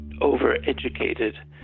over-educated